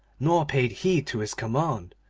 nor paid heed to his command,